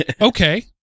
Okay